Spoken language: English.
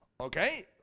Okay